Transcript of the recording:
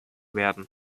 werden